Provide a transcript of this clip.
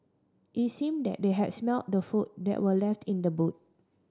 it seemed that they had smelt the food that were left in the boot